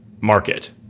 market